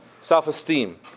self-esteem